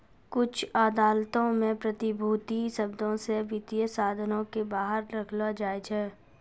कुछु अदालतो मे प्रतिभूति शब्दो से वित्तीय साधनो के बाहर रखलो जाय छै